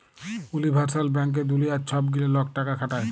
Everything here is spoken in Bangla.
উলিভার্সাল ব্যাংকে দুলিয়ার ছব গিলা লক টাকা খাটায়